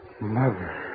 Mother